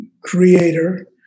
creator